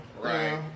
Right